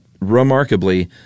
remarkably